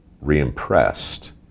re-impressed